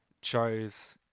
chose